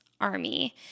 army